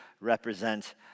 represent